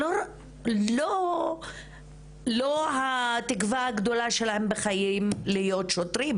אבל זאת לא התקווה הגדולה שלהם בחיים להיות שוטרים,